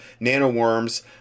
nanoworms